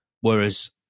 Whereas